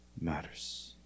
matters